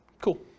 Cool